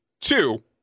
two